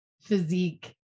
physique